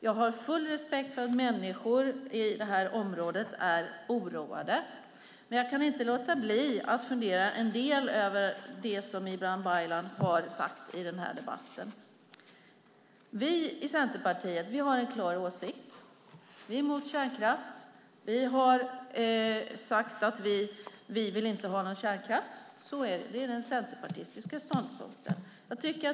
Jag har full respekt för att människor i området är oroade, men jag kan inte låta bli att fundera en del över det som Ibrahim Baylan sagt i den här debatten. Vi i Centerpartiet har en klar åsikt, vi är emot kärnkraft. Vi har sagt att vi inte vill ha någon kärnkraft. Det är den centerpartistiska ståndpunkten.